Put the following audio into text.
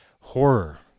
horror